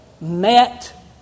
met